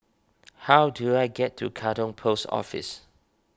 how do I get to Katong Post Office